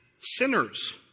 Sinners